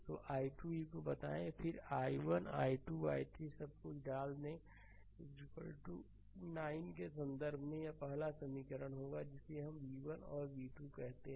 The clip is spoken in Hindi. तो i2 e को बताएं फिर i1 i2 i3 सब कुछ डाल दें 9 के संदर्भ में यह पहला समीकरण होगा जिसे हम v1 और v2 कहते हैं